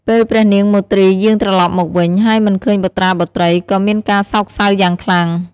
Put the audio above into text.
ពេលព្រះនាងមទ្រីយាងត្រឡប់មកវិញ ហើយមិនឃើញបុត្រាបុត្រី ក៏មានការសោកសៅយ៉ាងខ្លាំង។